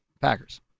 Packers